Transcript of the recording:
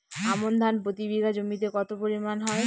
আমন ধান প্রতি বিঘা জমিতে কতো পরিমাণ হয়?